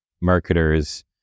marketers